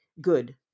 good